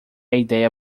ideia